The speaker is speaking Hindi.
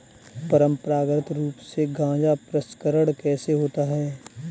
परंपरागत रूप से गाजा प्रसंस्करण कैसे होता है?